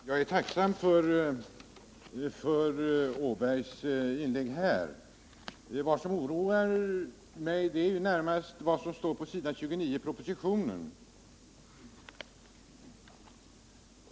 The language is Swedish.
Herr talman! Jag är tacksam för det inlägg Georg Åberg nu gjorde. Men vad som oroar mig är närmast det som står på s. 29 i propositionen.